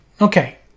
Okay